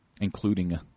including